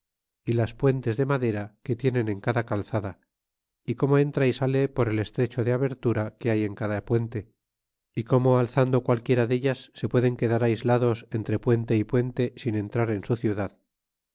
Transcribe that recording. y las puentes de madera que tienen en cada calzada y como entra y sale por el estrecho de abertura que hay en cada puente y corno en alzando qualquiera deltas se pueden quedar aislados entre puente y puente sin entrar en su ciudad